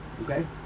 Okay